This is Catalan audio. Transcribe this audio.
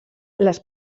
les